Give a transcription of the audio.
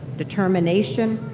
determination,